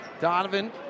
Donovan